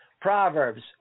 Proverbs